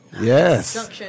Yes